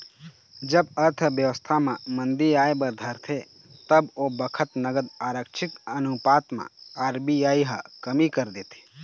जब अर्थबेवस्था म मंदी आय बर धरथे तब ओ बखत नगद आरक्छित अनुपात म आर.बी.आई ह कमी कर देथे